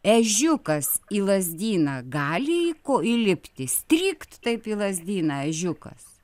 ežiukas į lazdyną gali įlipti strykt taip į lazdyną ežiukas